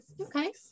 Okay